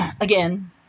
Again